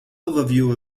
overview